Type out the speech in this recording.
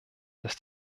dass